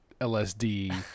LSD